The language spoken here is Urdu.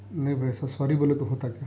نہیں بھیا سو سوری بولے تو ہوتا کیا